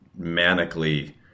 manically